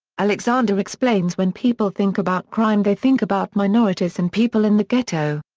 alexander explains when people think about crime they think about minorities and people in the ghetto.